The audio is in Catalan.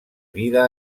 vida